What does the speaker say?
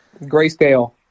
grayscale